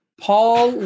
Paul